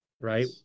right